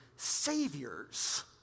saviors